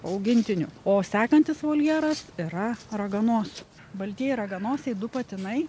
augintinių o sekantis voljeras yra raganosių baltieji raganosiai du patinai